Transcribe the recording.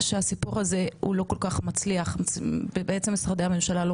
שהסיפור הזה הוא לא כל כך מצליח ובעצם משרדי הממשלה לא